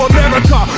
America